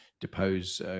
depose